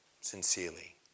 sincerely